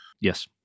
Yes